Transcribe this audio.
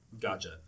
Gotcha